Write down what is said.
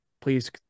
please